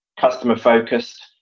Customer-focused